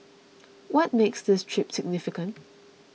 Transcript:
what makes this trip significant